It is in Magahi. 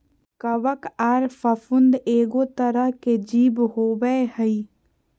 कवक आर फफूंद एगो तरह के जीव होबय हइ